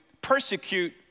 persecute